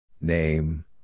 Name